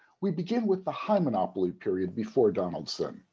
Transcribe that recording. we begin with the high monopoly period before donaldson.